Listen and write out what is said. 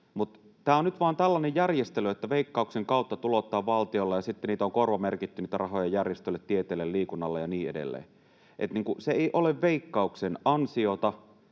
tämä on nyt vain tällainen järjestely, että Veikkauksen kautta tuloutetaan valtiolle ja niitä rahoja on sitten korvamerkitty järjestöille, tieteelle, liikunnalle ja niin edelleen, se ei ole Veikkauksen ansiota.